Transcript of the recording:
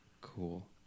cool